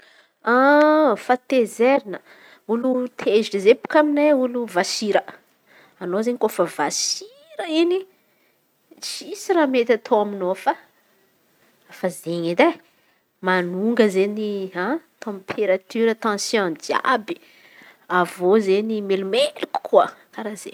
Fahatezerana, olo tezitry zay bôaka aminay an̈y olo vasira. Anaô izen̈y kôfa vasira in̈y tsisy raha mety ataô aminaô fa zey edy e manonga izen̈y tamperatire tansiaôn jiàby avy izen̈y melomeloko koa karà zey.